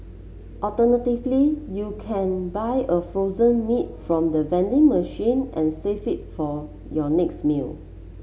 alternatively you can buy a frozen meal from the vending machine and save it for your next meal